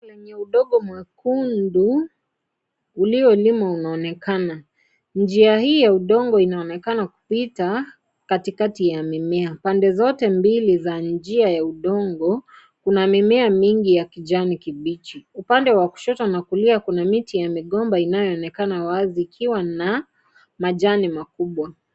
Ni udongo mwekundu uliolimwa unaonekana . Njia hii ya udongo inaonekana kupita katikati ya mimea . Pande zote mbili za njia ya udongo, kuna mimea mingi ya kijani kibichi . Upande wa kushoto na kulia , kuna miti ya migomba inayoonekana wazi ikiwa na majani makubwa .